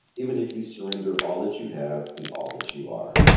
even if you surrender all that you have and all that you are